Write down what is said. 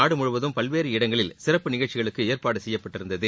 நாடு முழுவதும் பல்வேறு இடங்களில் சிறப்பு நிகழ்ச்சிகளுக்கு ஏற்பாடு செய்யப்பட்டிருந்தது